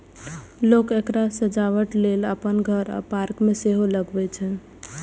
लोक एकरा सजावटक लेल अपन घर आ पार्क मे सेहो लगबै छै